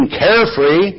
carefree